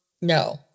no